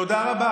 תודה רבה.